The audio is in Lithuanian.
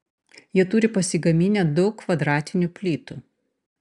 jie turi pasigaminę daug kvadratinių plytų